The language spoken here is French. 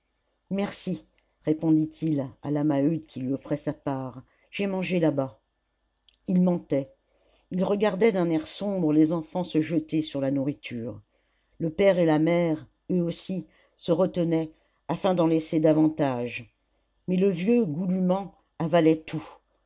merci répondit-il à la maheude qui lui offrait sa part j'ai mangé là-bas il mentait il regardait d'un air sombre les enfants se jeter sur la nourriture le père et la mère eux aussi se retenaient afin d'en laisser davantage mais le vieux goulûment avalait tout